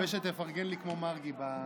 אני מקווה שתפרגן לי כמו מרגי בזמן.